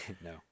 No